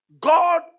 God